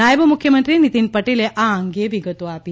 નાયબ મુખ્યમંત્રી નિતિન પટેલે આ અંગે વિગતો આપી